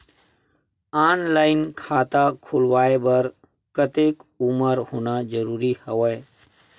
Online खाता खुलवाय बर कतेक उमर होना जरूरी हवय?